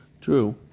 true